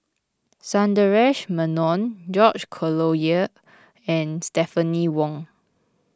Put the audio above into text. Sundaresh Menon George Collyer and Stephanie Wong